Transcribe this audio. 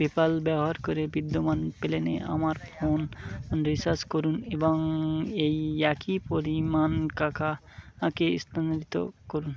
PayPal ব্যবহার করে বিদ্যমান প্ল্যানে আমার ফোন রিচার্জ করুন এবং এই একই পরিমাণ কাকাকে স্তানান্তরিত করুন